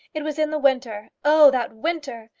it was in the winter. oh, that winter!